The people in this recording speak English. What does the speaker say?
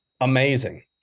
amazing